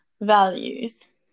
values